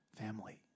Family